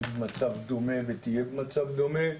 במצב דומה והיא תהיה במצב דומה.